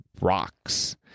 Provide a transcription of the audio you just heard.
rocks